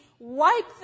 Wipe